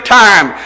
time